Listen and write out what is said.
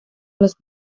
los